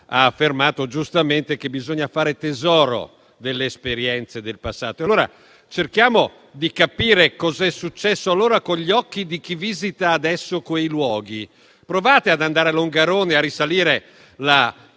ha affermato giustamente che bisogna fare tesoro delle esperienze del passato e allora cerchiamo di capire cosa è successo allora con gli occhi di chi visita adesso quei luoghi. Provate ad andare a Longarone e a risalire la